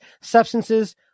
substances